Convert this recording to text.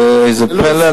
זה איזה פלא.